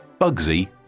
Bugsy